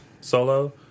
solo